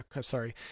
sorry